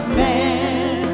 man